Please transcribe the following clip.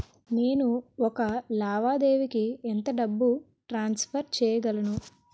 నేను ఒక లావాదేవీకి ఎంత డబ్బు ట్రాన్సఫర్ చేయగలను?